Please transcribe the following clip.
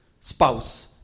spouse